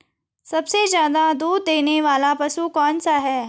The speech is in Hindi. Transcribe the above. सबसे ज़्यादा दूध देने वाला पशु कौन सा है?